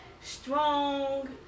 strong